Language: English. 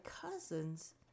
cousins